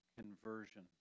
conversion